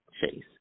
Chase